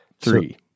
Three